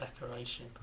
decoration